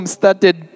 started